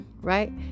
Right